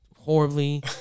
horribly